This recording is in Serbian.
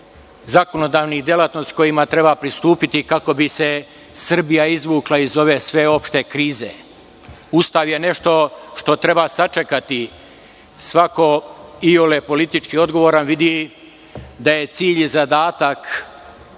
zakonodavnih delatnosti kojima treba pristupiti kako bi se Srbija izvukla iz ove sveopšte krize. Ustav je nešto što treba sačekati. Svako iole politički odgovoran vidi da je cilj i zadatak